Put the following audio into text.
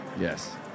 Yes